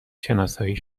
شناسایی